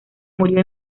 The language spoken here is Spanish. murió